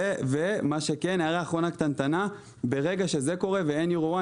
ברגע שזה קורה ואין יבואן,